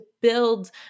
build